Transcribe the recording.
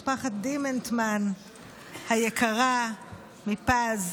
משפחת דימנטמן היקרה מפז,